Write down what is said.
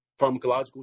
pharmacological